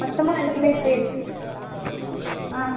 மொத்தமாக எல்லாம் சேர்த்து ஆ